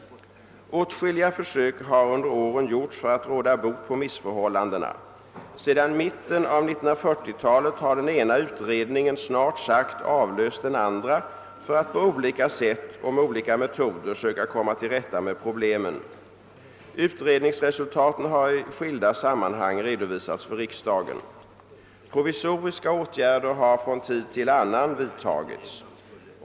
Åtskilliga försök har under åren gjorts för att råda bot på missförhållandena. Sedan mitten av 1940-talet har den ena utredningen snart sagt avlöst den andra för att på olika sätt och med olika metoder söka komma till rätta med problemen. Utredningsresultaten har i skilda sammanhang redovisats för riksdagen. Provisoriska åtgärder har från tid till annan vidtagits.